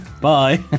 Bye